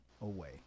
away